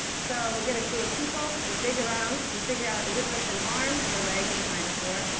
so we'll get a crew of people. we'll dig around and figure out, is it just an arm or leg of a dinosaur?